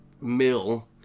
mill